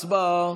הצבעה.